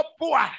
poor